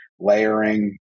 layering